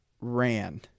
ran